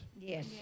Yes